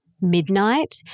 midnight